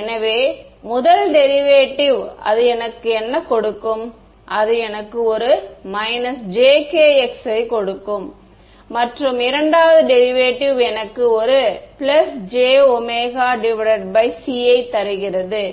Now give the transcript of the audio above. எனவே முதல் டெரிவேட்டிவ் அது எனக்கு என்ன கொடுக்கும் அது எனக்கு ஒரு jkx யை கொடுக்கும் மற்றும் இரண்டாவது டெரிவேட்டிவ் எனக்கு ஒரு jωc யை தருகிறது